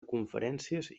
conferències